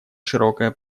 широкое